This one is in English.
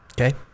Okay